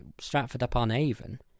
Stratford-upon-Avon